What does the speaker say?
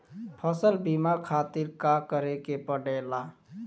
फसल बीमा खातिर का करे के पड़ेला?